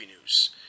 news